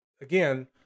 again